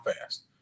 fast